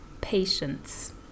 patience